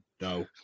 no